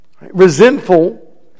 resentful